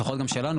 לפחות שלנו,